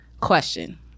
question